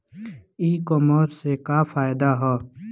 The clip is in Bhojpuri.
ई कामर्स से का फायदा ह?